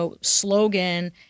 slogan